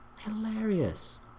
hilarious